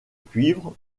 cuivre